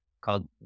called